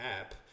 app